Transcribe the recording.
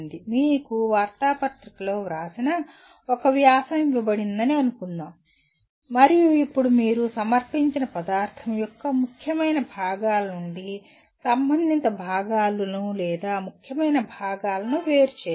మీకు వార్తాపత్రికలో వ్రాసిన ఒక వ్యాసం ఇవ్వబడిందని అనుకుందాం మరియు ఇప్పుడు మీరు సమర్పించిన పదార్థం యొక్క ముఖ్యమైన భాగాల నుండి సంబంధిత భాగాలను లేదా ముఖ్యమైన భాగాలను వేరుచేయాలి